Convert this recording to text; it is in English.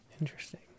Interesting